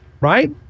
right